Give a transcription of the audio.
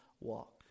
walk